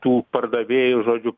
tų pardavėjų žodžiu